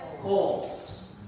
holes